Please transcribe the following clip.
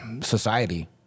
Society